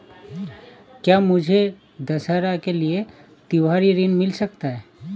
क्या मुझे दशहरा के लिए त्योहारी ऋण मिल सकता है?